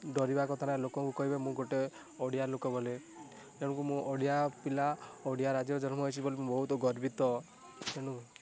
ଡରିବା କଥାଟା ଲୋକଙ୍କୁ କହିବା ମୁଁ ଗୋଟେ ଓଡ଼ିଆ ଲୋକ ବୋଲି ତେଣୁକୁ ମୁଁ ଓଡ଼ିଆ ପିଲା ଓଡ଼ିଆ ରାଜ୍ୟରେ ଜନ୍ମ ହେଇଛି ବୋଲି ମୁଁ ବହୁତ ଗର୍ବିତ ତେଣୁ